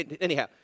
anyhow